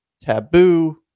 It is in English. taboo